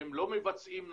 שהם לא מבצעים נכון,